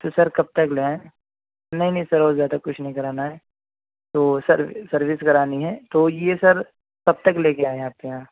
تو سر کب تک لے آئیں نہیں نہیں سر اور زیادہ کچھ نہیں کرانا ہے تو سر سروس کرانی ہے تو یہ سر کب تک لے کے آئیں آپ کے یہاں